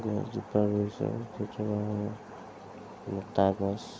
গছ এজোপা ৰুইছোঁ কিন্তু লতা গছ